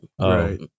Right